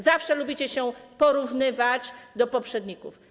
Zawsze lubicie się porównywać do poprzedników.